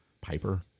Piper